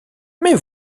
mais